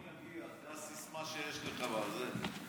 לפחון יגיע, זו הסיסמה שיש לך בזה.